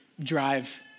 drive